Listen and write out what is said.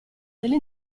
degli